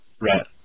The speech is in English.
Right